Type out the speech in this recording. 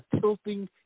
tilting